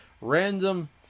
Random